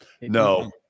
No